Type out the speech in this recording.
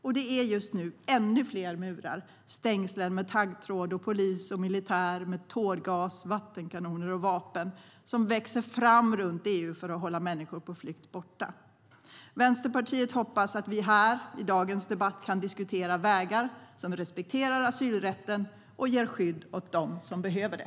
Just nu växer ännu fler murar och stängsel med taggtråd upp runt EU, och polis och militär med tårgas, vattenkanoner och vapen håller människor på flykt borta. Vänsterpartiet hoppas att vi i den här debatten kan diskutera vägar som respekterar asylrätten och ger skydd åt dem som behöver det.